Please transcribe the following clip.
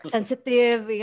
Sensitive